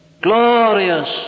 glorious